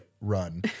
run